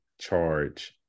charge